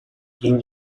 kim